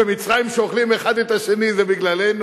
במצרים, שאוכלים שם אחד את השני, זה בגללנו?